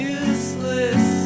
useless